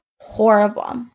horrible